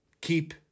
keep